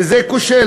וזה כושל.